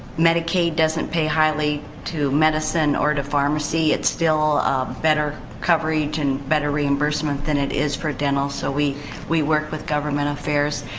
medicaid doesn't pay highly to medicine or to pharmacy, it's still better coverage and better reimbursement than it is for dental. so, we we work with government affairs.